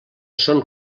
són